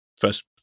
first